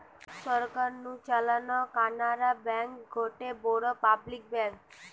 সরকার নু চালানো কানাড়া ব্যাঙ্ক গটে বড় পাবলিক ব্যাঙ্ক